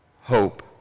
hope